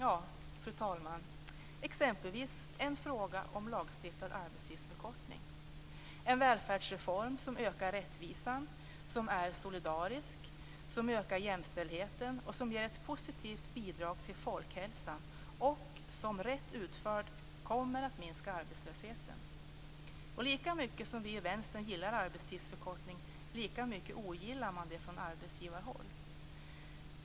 Ja, fru talman, exempelvis en lagstiftad arbetstidsförkortning, en välfärdsreform som ökar rättvisan, som är solidarisk, som ökar jämställdheten och som ger ett positivt bidrag till folkhälsan och som rätt utförd kommer att minska arbetslösheten. Och lika mycket som vi i Vänstern gillar arbetstidsförkortning, lika mycket ogillar man det från arbetsgivarhåll.